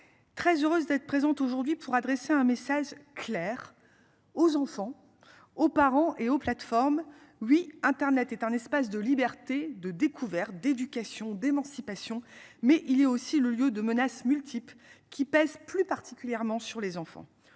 Très heureuse d'être présente aujourd'hui pour adresser un message clair aux enfants, aux parents et aux plateformes oui internet est un espace de liberté de découvert d'éducation d'émancipation mais il est aussi le lieu de menaces multiple qui pèsent plus particulièrement sur les enfants.